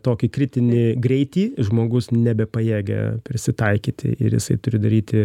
tokį kritinį greitį žmogus nebepajėgia prisitaikyti ir jisai turi daryti